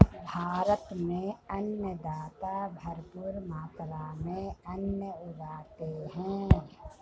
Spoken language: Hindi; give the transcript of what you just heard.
भारत में अन्नदाता भरपूर मात्रा में अन्न उगाते हैं